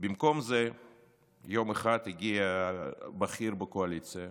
במקום זה יום אחד הגיע בכיר בקואליציה,